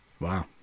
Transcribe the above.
Wow